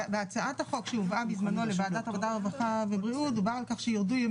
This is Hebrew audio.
ובלבד שבהצהרה שמסר העובד למעסיקו לפי חוק זה הוא הודיע על ימי